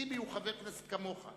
טיבי הוא חבר כנסת כמוך.